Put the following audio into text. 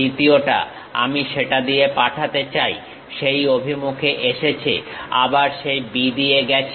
দ্বিতীয়টা আমি সেটা দিয়ে পাঠাতে চাই সেই অভিমুখে এসেছে আবার সেই B দিয়ে গেছে